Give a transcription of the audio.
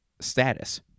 status